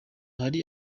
hari